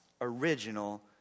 original